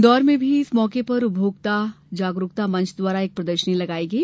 इन्दौर में भी इस मौके पर उपभोक्ता जागरूकता मंच द्वारा एक प्रदर्शनी लगाई गई है